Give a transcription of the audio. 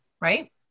right